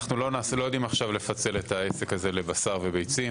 אנחנו לא יודעים עכשיו לפצל את העסק הזה לבשר וביצים.